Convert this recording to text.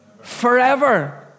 forever